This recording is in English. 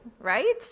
right